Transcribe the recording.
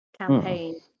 campaign